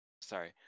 sorry